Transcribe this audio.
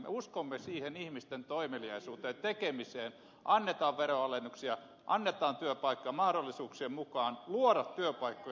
me uskomme siihen ihmisten toimeliaisuuteen tekemiseen annetaan veronalennuksia annetaan työpaikkoja mahdollisuuksien mukaan tilaisuuksia luoda työpaikkoja suomeen